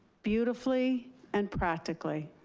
beautifully and practically.